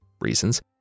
reasons